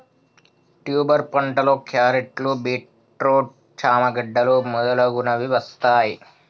tuber పంటలో క్యారెట్లు, beetroot, చామ గడ్డలు మొదలగునవి వస్తాయ్